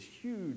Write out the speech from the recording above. huge